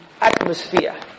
atmosphere